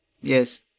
Yes